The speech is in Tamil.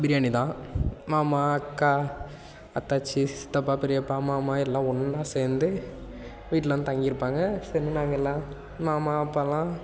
பிரியாணி தான் மாமா அக்கா அத்தாச்சி சித்தப்பா பெரியப்பா மாமா எல்லாம் ஒன்றா சேர்ந்து வீட்டில் வந்து தங்கி இருப்பாங்க சரின்னு நாங்கள் எல்லாம் மாமா அப்பாவெல்லாம்